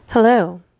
Hello